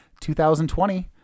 2020